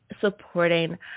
supporting